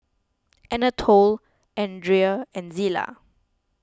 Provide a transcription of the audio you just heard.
Anatole andria and Zillah